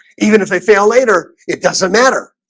even if they fail later, it doesn't matter